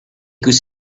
could